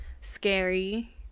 scary